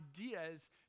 ideas